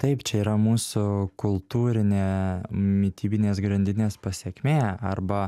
taip čia yra mūsų kultūrinė mitybinės grandinės pasekmė arba